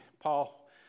Paul